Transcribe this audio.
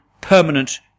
permanent